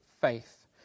faith